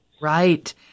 Right